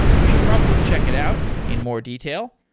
we should probably check it out in more detail,